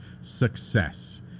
success